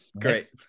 great